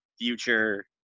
future